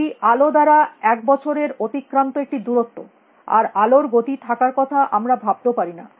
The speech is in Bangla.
এটি আলো দ্বারা এক বছরে অতিক্রান্ত একটি দূরত্ব আর আলোর গতি থাকার কথা আমরা ভাবতেও পারি না